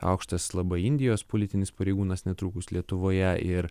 aukštas labai indijos politinis pareigūnas netrukus lietuvoje ir